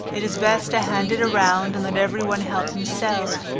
it is best to hand it round and let every one help himself,